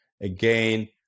again